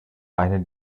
eine